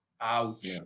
Ouch